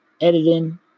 editing